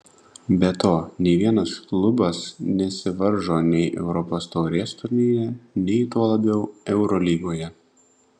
be to nei vienas klubas nesivaržo nei europos taurės turnyre nei tuo labiau eurolygoje